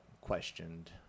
questioned